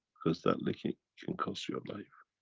because that licking can cost your life,